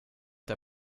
der